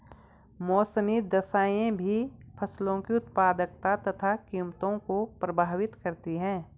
मौसमी दशाएं भी फसलों की उत्पादकता तथा कीमतों को प्रभावित करती है